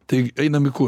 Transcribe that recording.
tai einam į kur